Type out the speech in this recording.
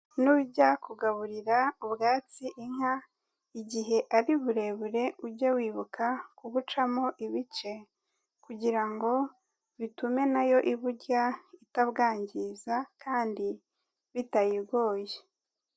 Nujya kugaburira ubwatsi inka igihe ari burebure, ujye wibuka kubucamo ibice kugira ngo bitume na yo iburya itabwangiza kandi bitayigoye.